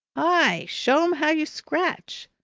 hi! show em how you scratch.